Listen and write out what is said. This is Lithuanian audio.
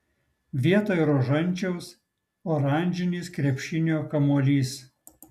vietoj rožančiaus oranžinis krepšinio kamuolys